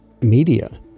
media